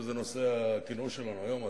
וזה נושא הכינוס שלנו היום,